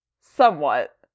somewhat